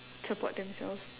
support themselves